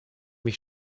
mich